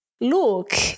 Look